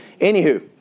Anywho